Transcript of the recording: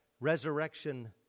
resurrection